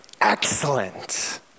excellent